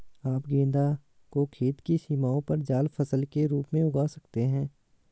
आप गेंदा को खेत की सीमाओं पर जाल फसल के रूप में उगा सकते हैं